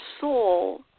soul